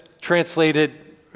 translated